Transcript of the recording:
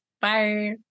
Bye